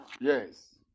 Yes